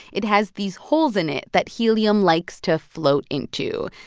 it has these holes in it that helium likes to float into.